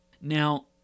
Now